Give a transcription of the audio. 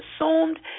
assumed